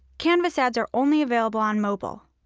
canvas ads are only available on mobile.